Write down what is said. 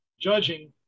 judging